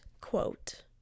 quote